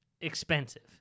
expensive